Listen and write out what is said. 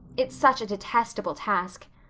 it's such a detestable task.